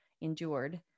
endured